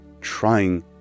Trying